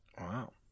Wow